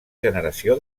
generació